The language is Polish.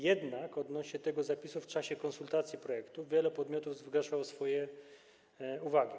Jednak odnośnie do tego zapisu w czasie konsultacji projektu wiele podmiotów zgłaszało swoje uwagi.